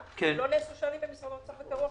לא נעשו שנים במשרד האוצר ונעשו עכשיו.